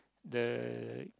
the